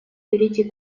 перейти